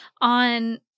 on